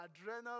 adrenal